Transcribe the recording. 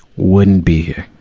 wouldn't be here.